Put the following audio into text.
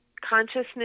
consciousness